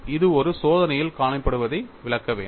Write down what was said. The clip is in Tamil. இது ஒரு சோதனையில் காணப்படுவதை விளக்க வேண்டும்